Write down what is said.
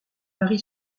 varie